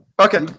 Okay